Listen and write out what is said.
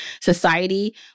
society